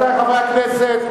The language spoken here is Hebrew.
רבותי חברי הכנסת,